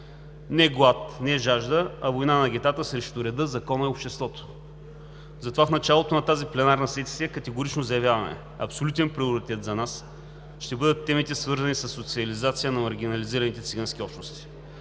Не глад, не жажда, а война на гетата срещу реда, закона и обществото. Затова в началото на тази пленарна сесия категорично заявяваме, че абсолютен приоритет за нас ще бъдат темите, свързани със социализация на маргинализираните цигански общности.